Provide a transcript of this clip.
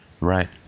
right